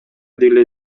деле